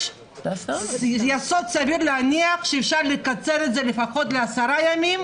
יש יסוד סביר להניח שאפשר לקצר את זה לפחות לעשרה ימים,